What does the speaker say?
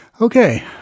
Okay